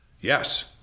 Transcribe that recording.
Yes